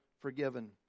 forgiven